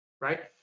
right